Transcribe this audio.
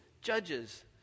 Judges